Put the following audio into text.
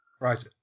Right